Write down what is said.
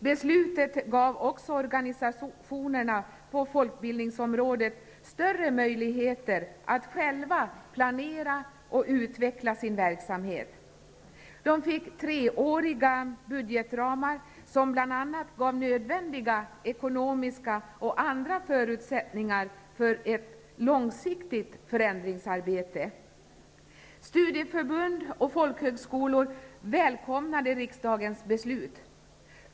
Beslutet gav också organisationerna på folkbildningsområdet större möjligheter att själva planera och utveckla sin verksamhet. De fick treåriga budgetramar som bl.a. gav nödvändiga ekonomiska och andra förutsättningar för ett långsiktigt förändringsarbete. Studieförbund och folkhögskolor välkomnade riksdagens beslut.